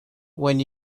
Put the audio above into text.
when